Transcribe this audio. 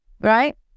Right